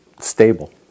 stable